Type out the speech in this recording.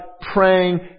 praying